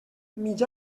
mig